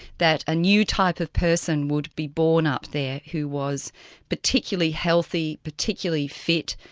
that a new type of person would be born up there who was particularly healthy, particularly fit,